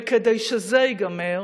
וכדי שזה ייגמר,